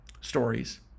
stories